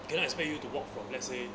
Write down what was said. cannot expect you to walk from let's say